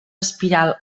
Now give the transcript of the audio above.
espiral